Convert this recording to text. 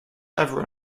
ever